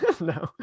No